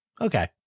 Okay